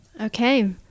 Okay